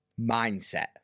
mindset